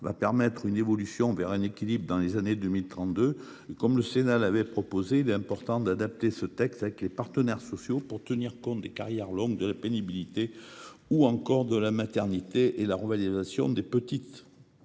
va permettre une évolution vers l’équilibre de la branche vieillesse dans les années 2032. Comme le Sénat l’avait proposé, il est important d’adapter ce texte avec les partenaires sociaux pour tenir compte des carrières longues, de la pénibilité, de la maternité et de la revalorisation des petites